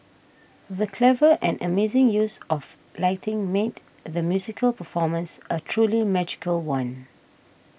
the clever and amazing use of lighting made the musical performance a truly magical one